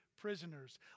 prisoners